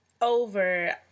over